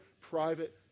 private